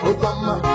Obama